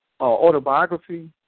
autobiography